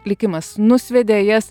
likimas nusviedė jas